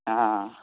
हँ